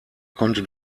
konnte